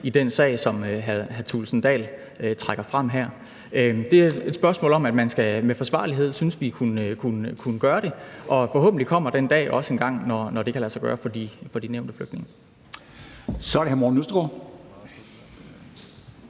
i den sag, som hr. Kristian Thulesen Dahl trækker frem her. Det er et spørgsmål om, at man med forsvarlighed skal kunne gøre det, og forhåbentlig kommer den dag også engang, når det kan lade sig gøre for de nævnte flygtninge. Kl. 09:56 Formanden (Henrik